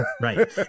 Right